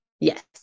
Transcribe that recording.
Yes